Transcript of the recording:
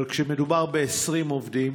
אבל כשמדובר ב-20 עובדים?